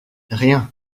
rien